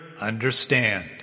understand